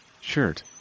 shirt